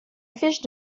fiche